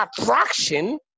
attraction